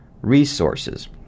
Resources